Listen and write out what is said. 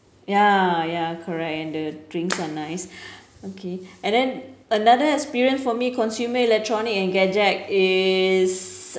ya ya correct and the drinks are nice okay and then another experience for me consumer electronic and gadget is